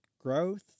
growth